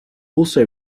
also